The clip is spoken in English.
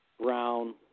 Brown